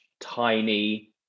tiny